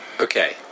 okay